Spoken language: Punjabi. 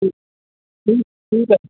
ਠੀ ਠੀ ਠੀਕ ਹੈ